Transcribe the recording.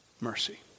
mercy